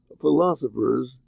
philosophers